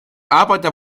arbeiter